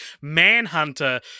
Manhunter